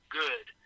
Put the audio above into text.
good